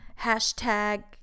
Hashtag